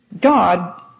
God